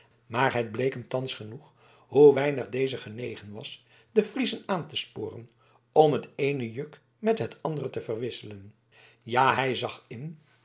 maar t bleek hem thans genoeg hoe weinig deze genegen was de friezen aan te sporen om het eene juk met het andere te verwisselen ja hij zag in